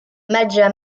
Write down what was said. maja